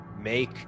make